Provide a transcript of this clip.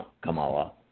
Kamala